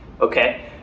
Okay